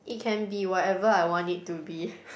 it can be whatever I want it to be